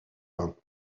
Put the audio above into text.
bains